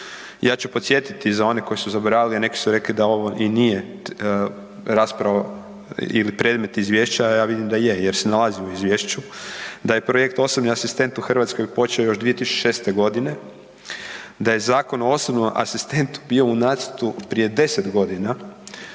Ja ću podsjetiti za one koji su zaboravili, neki su rekli da ovo i nije rasprava ili predmet izvješća, a ja vidim da je jer se nalazi u izvješću, da je projekt osobni asistent u Hrvatskoj počeo još 2006. godine, da je Zakon o osobnom asistentu bio u nacrtu prije 10 godina